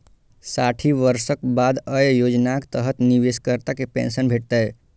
साठि वर्षक बाद अय योजनाक तहत निवेशकर्ता कें पेंशन भेटतै